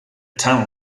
town